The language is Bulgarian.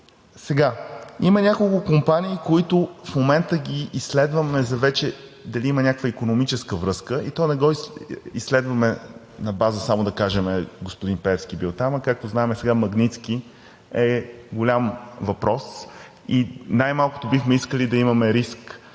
изяви. Има няколко компании, които в момента ги изследваме вече дали има някаква икономическа връзка, и то не го изследваме на база само да кажем, господин Пеевски е бил там, а както знаем, сега „Магнитски“ е голям въпрос и най-малкото бихме искали да имаме риск